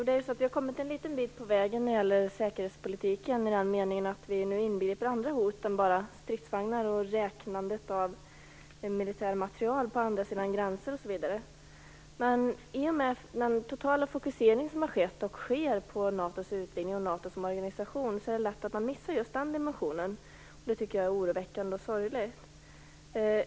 Fru talman! Vi har kommit en liten bit på vägen i säkerhetspolitiken i den meningen att vi nu inbegriper andra hot än bara stridsvagnar och räknandet av militära materiel på andra sidan gränser, osv. Men i och med den totala fokusering som skett och sker på NATO:s utvidgning och NATO som organisation är det lätt att man missar den dimensionen. Det tycker jag är oroväckande och sorgligt.